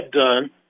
done